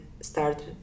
start